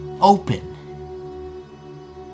open